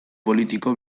politiko